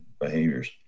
behaviors